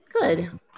Good